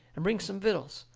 and bring some vittles,